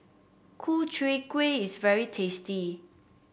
Ku Chai Kuih is very tasty